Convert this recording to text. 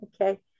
Okay